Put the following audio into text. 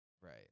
Right